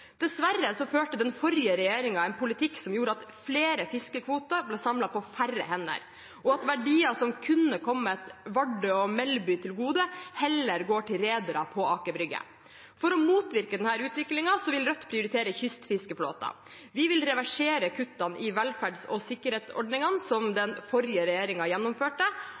førte den forrige regjeringen en politikk som gjorde at flere fiskekvoter ble samlet på færre hender, og at verdier som kunne kommet Vardø og Melbu til gode, heller går til redere på Aker Brygge. For å motvirke denne utviklingen vil Rødt prioritere kystfiskeflåten. Vi vil reversere kuttene i velferds- og sikkerhetsordningene som den forrige regjeringen gjennomførte,